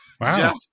Wow